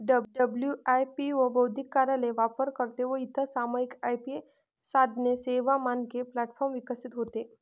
WIPO बौद्धिक कार्यालय, वापरकर्ते व इतर सामायिक आय.पी साधने, सेवा, मानके प्लॅटफॉर्म विकसित होते